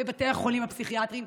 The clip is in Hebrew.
בבתי החולים הפסיכיאטריים,